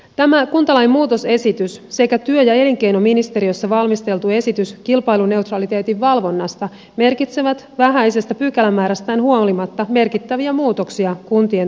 tämä kuntalain muutosesitys sekä työ ja elinkeinoministeriössä valmisteltu esitys kilpailuneutraliteetin valvonnasta merkitsevät vähäisestä pykälämäärästään huolimatta merkittäviä muutoksia kuntien toimintaan